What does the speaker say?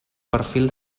perfil